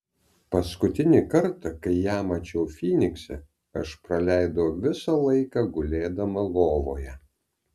paskutinį kartą kai ją mačiau fynikse aš praleidau visą laiką gulėdama lovoje